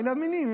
אלה המילים,